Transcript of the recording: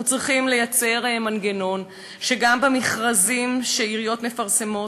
אנחנו צריכים לייצר מנגנון שגם המכרזים שעיריות מפרסמות,